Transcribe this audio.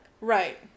Right